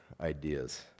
ideas